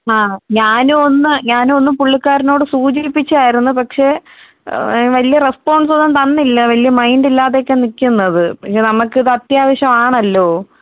ആഹ് ഞാനും ഒന്ന് ഞാനും ഒന്ന് പുള്ളിക്കാരനോട് സൂചിപ്പിച്ചായിരുന്നു പക്ഷേ വലിയ റെസ്പോൺസ്സൊന്നും തന്നില്ല വലിയ മൈൻറ്റില്ലാതെ ഒക്കെ നിൽക്കുന്നത് പക്ഷെ നമുക്ക് ഇത് അത്യാവശ്യമാണല്ലൊ